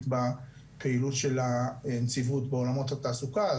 בפעילות של הנציבות בעולמות התעסוקה.